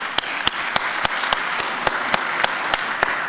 (מחיאות כפיים)